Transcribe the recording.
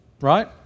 right